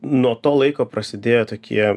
nuo to laiko prasidėjo tokie